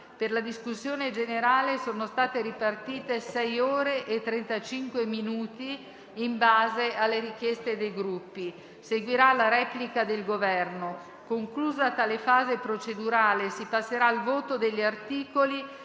Per la discussione generale sono state ripartite sei ore e trentacinque minuti in base alle richieste dei Gruppi. Seguirà la replica del Governo. Conclusa tale fase procedurale, si passerà al voto degli articoli